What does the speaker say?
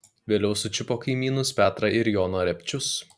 vėliau sučiupo kaimynus petrą ir joną repčius